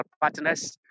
partners